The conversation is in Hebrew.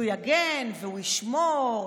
שהוא יגן והוא ישמור,